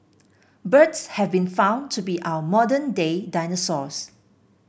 birds have been found to be our modern day dinosaurs